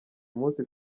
munsi